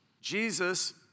Jesus